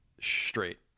Straight